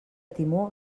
timó